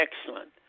excellent